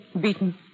Beaten